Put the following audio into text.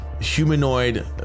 humanoid